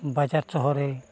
ᱵᱟᱡᱟᱨ ᱥᱚᱦᱚᱨ ᱨᱮ